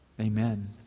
Amen